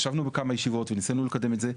ישבנו בכמה ישיבות וניסינו לקדם את זה,